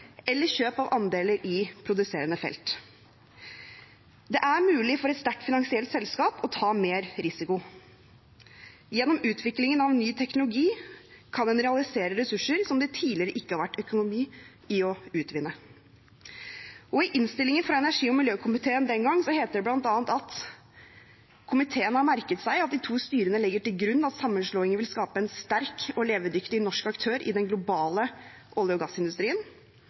eller kjøp av andeler i produserende felt. Det er mulig for et sterkt finansielt selskap å ta mer risiko. Gjennom utvikling av ny teknologi kan en realisere ressurser som det tidligere ikke har vært økonomi i å utvinne.» I innstillingen fra energi- og miljøkomiteen den gangen står det bl.a.: «Komiteen har merket seg at de to styrene legger til grunn at sammenslåingen vil skape en sterk og levedyktig norsk aktør i den globale olje- og gassindustrien.